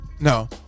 No